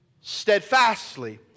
steadfastly